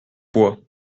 bois